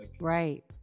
Right